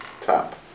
top